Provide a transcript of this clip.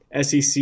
SEC